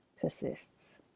persists